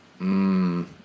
mmm